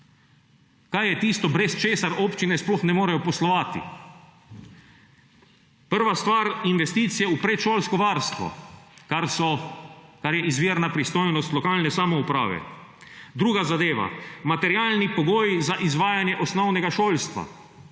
kaj je tisto, brez česar občine sploh ne morejo poslovati? Prva stvar, investicije v predšolsko varstvo, kar je izvirna pristojnost lokalne samouprave. Druga zadeva, materialni pogoji za izvajanje osnovnega šolstva,